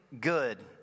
good